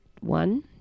one